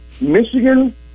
Michigan